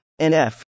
NF